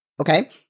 okay